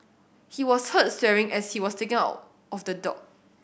he was heard swearing as he was taken out of the dock